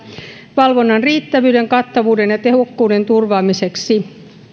valvonnan riittävyyden kattavuuden ja tehokkuuden turvaamiseksi